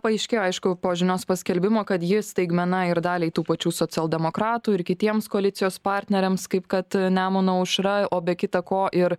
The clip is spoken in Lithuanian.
paaiškėjo aišku po žinios paskelbimo kad ji staigmena ir daliai tų pačių socialdemokratų ir kitiems koalicijos partneriams kaip kad nemuno aušra o be kita ko ir